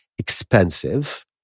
Expensive